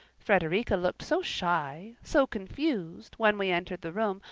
frederica looked so shy, so confused, when we entered the room,